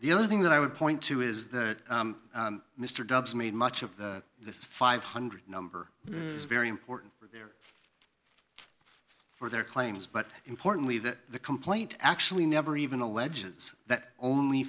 the only thing that i would point to is that mr dubbs made much of the five hundred number is very important there for their claims but importantly that the complaint actually never even alleges that only